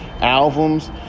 albums